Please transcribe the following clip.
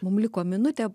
mum liko minutė